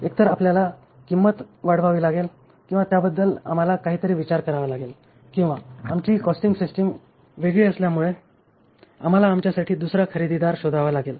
एकतर आपल्याला किंमत वाढवावी लागेल किंवा त्याबद्दल आम्हाला काहीतरी विचार करावा लागेल किंवा आमची कॉस्टिंग सिस्टिम वेगळी असल्यामुळे आम्हाला आमच्यासाठी दुसरा खरेदीदार शोधावा लागेल